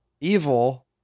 evil